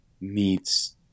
meets